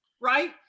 right